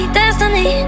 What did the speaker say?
destiny